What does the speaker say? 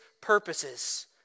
purposes